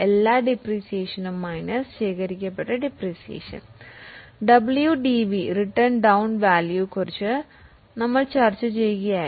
WDV written down value ചർച്ച ചെയ്യുകയായിരുന്നു